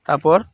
ᱛᱟ ᱯᱚᱨ